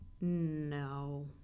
no